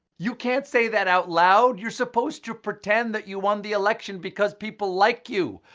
you can't say that out loud. you're supposed to pretend that you won the election because people like you.